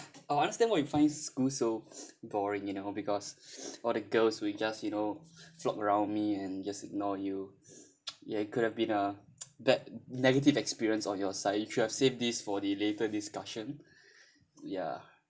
I understand why you find school so boring you know because all the girls will just you know flock around me and just ignore you ya it could have been uh that negative experience on your side you should save this for the later discussion ya